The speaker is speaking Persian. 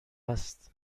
است